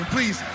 Please